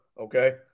Okay